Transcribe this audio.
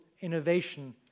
innovation